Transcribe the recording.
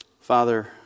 Father